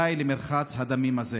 די למרחץ הדמים הזה.